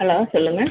hello சொல்லுங்கள்